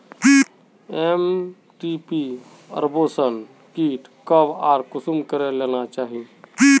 MTP abortion kit कब आर कुंसम करे लेना चही?